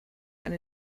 and